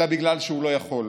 אלא בגלל שהוא לא יכול.